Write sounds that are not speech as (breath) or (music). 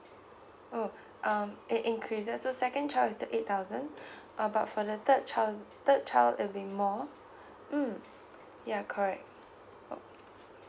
oh um it increases so second child is the eight thousand (breath) uh but for the third child's third child it'll be more mm ya correct oh